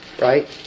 right